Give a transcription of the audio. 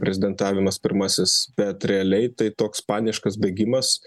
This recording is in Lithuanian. prezidentavimas pirmasis bet realiai tai toks paniškas bėgimas